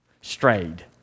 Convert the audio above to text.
strayed